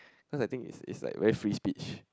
because I think is is like very free speech